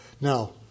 Now